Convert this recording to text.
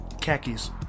Khakis